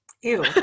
Ew